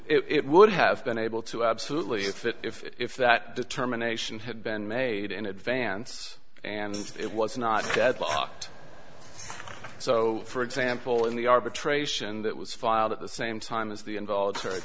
well it would have been able to absolutely if it if that determination had been made in advance and it was not deadlocked so for example in the arbitration that was filed at the same time as the involuntary